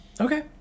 Okay